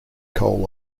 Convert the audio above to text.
coal